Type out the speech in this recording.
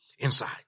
Inside